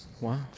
Wow